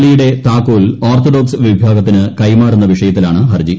പള്ളിയുട്ടെ ത്യാക്കോൽ ഓർത്തഡോക്സ് വിഭാഗത്തിന് കൈമാറുന്ന വിഷയത്തീലാണ് ഹർജി